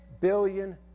billion